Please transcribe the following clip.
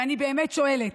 ואני באמת שואלת: